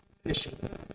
Fishing